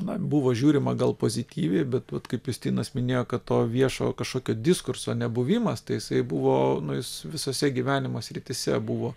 na buvo žiūrima gal pozityviai bet vat kaip justinas minėjo kad to viešo kažkokio diskurso nebuvimas tai jisai buvo nu jis visose gyvenimo srityse buvo